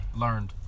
Learned